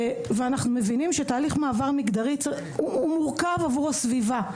אנחנו מבינים שתהליך מעבר מגדרי הוא מורכב עבור הסביבה,